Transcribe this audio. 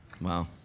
Wow